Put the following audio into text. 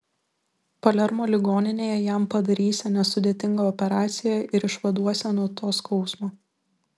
palermo ligoninėje jam padarysią nesudėtingą operaciją ir išvaduosią nuo to skausmo